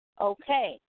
Okay